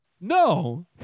No